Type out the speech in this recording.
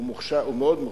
הוא מאוד מוכשר.